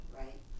right